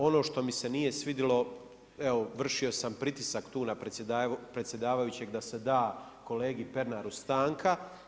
Ono što mi se nije svidjelo, evo vršio sam pritisak tu na predsjedavajućeg da se da kolegi Pernaru stanka.